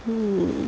mmhmm